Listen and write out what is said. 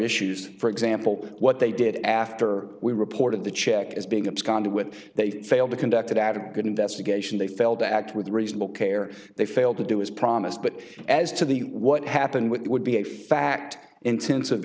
issues for example what they did after we reported the check as being a conduit they failed to conducted out of a good investigation they failed to act with reasonable care they failed to do as promised but as to the what happened with would be a fact intensive